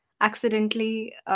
accidentally